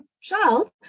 child